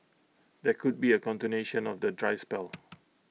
there could be A continuation of the dry spell